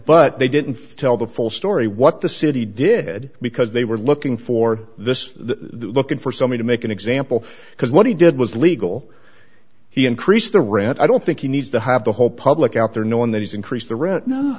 but they didn't tell the full story what the city did because they were looking for this the looking for something to make an example because what he did was legal he increased the rant i don't think he needs to have the whole public out there knowing that he's increased the rent no